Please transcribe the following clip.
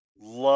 love